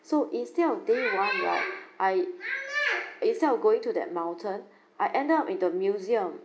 so instead of day one right I instead of going to that mountain I ended up in the museum